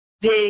big